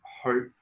hope